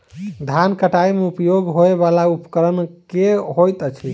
धान कटाई मे उपयोग होयवला उपकरण केँ होइत अछि?